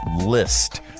list